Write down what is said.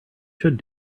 should